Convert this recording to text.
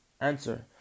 answer